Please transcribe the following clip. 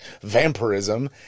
vampirism